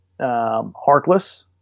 Harkless